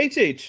HH